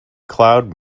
cloud